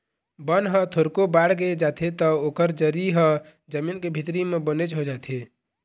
बन ह थोरको बाड़गे जाथे त ओकर जरी ह जमीन के भीतरी म बनेच हो जाथे